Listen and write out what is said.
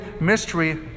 mystery